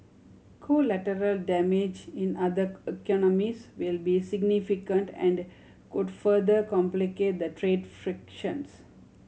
collateral damage in other economies will be significant and could further complicate the trade frictions